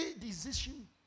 decision